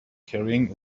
carrying